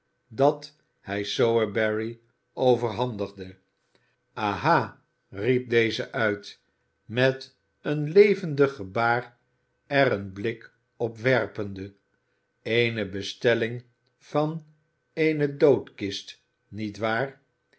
dat hij sowerberry overhandigde aha riep deze uit met een levendig gebaar er een blik op werpende eene bestelling van eene doodkist niet waar